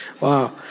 Wow